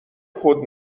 خود